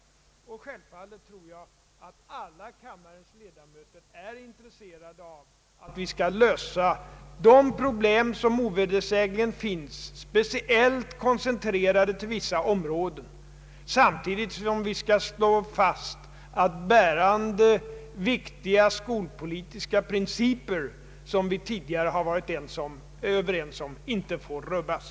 För övrigt tror jag alla kammarens ledamöter är intresserade av att vi skall lösa de problem som ovedersägligen finns, speciellt koncentrerade till vissa områden, samtidigt som vi skall slå fast att bärande, viktiga skolpolitiska principer som vi tidigare varit överens om inte får rubbas.